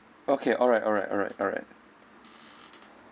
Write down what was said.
okay alright alright alright alright